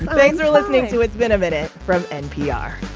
thanks for listening to it's been a minute from npr